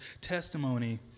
testimony